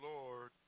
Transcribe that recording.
Lord